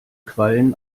quallen